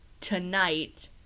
tonight